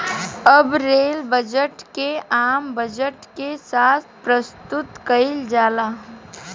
अब rail budget के आम बजट के साथ प्रसतुत कईल जाला